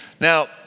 Now